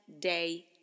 day